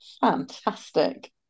fantastic